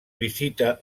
visita